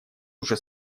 уже